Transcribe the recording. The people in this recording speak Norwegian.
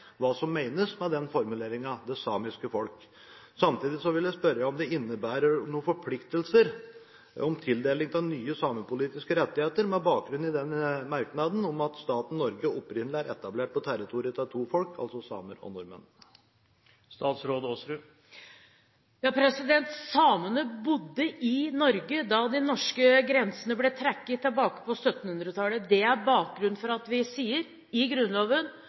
hva som menes med den formuleringen «det samiske folk». Samtidig vil jeg spørre om det innebærer noen forpliktelser, tildeling av nye samepolitiske rettigheter, med bakgrunn i merknaden om at staten Norge opprinnelig er etablert på territoriet til to folk, altså samer og nordmenn. Samene bodde i Norge da de norske grensene ble trukket på 1700-tallet. Det er bakgrunnen for at vi i Grunnloven